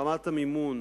רמת המימון